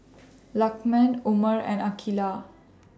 Lukman Umar and Aqeelah